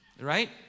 right